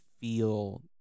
feel